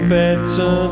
better